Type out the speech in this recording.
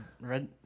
red